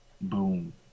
Boom